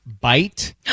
bite